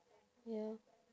ya